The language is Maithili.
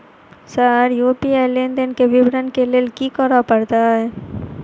सर यु.पी.आई लेनदेन केँ विवरण केँ लेल की करऽ परतै?